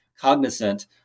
cognizant